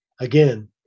Again